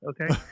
okay